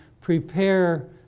prepare